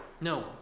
No